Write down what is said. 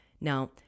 Now